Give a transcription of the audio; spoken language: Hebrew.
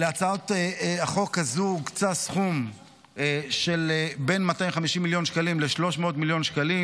להצעת החוק הזו הוקצה סכום של בין 250 מיליון שקלים ל-300 מיליון שקלים.